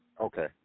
Okay